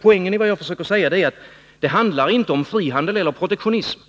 Poängen i det som jag försöker säga är att det inte handlar om frihandel eller protektionism